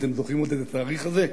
אתם זוכרים עוד את התאריך הזה?